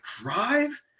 drive